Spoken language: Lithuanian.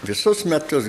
visus metus